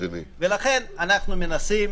לכן אנחנו מנסים.